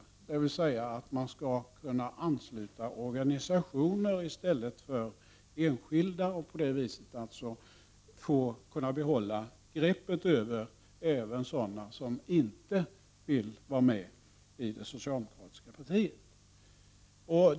Jag tänker då på detta med att man skall kunna ansluta organisationer i stället för enskilda för att på det viset kunna behålla greppet även om sådana som inte vill vara med i det socialdemokratiska partiet.